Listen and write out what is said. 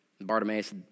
Bartimaeus